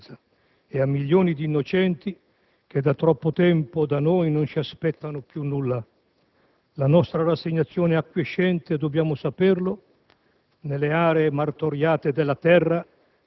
dobbiamo alle vittime innocenti di Gaza e ai milioni di innocenti che da troppo tempo da noi non si aspettano più nulla. La nostra rassegnazione acquiescente, dobbiamo saperlo,